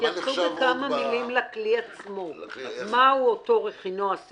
תתייחסו לכלי עצמו - מהו אותו רכינוע,